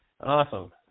Awesome